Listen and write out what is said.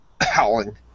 howling